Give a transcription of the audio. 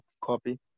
copy